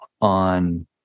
on